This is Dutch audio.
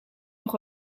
nog